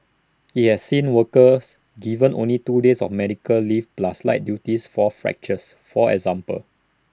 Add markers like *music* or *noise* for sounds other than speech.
*noise* he has seen workers given only two days of medical leave plus light duties for fractures for example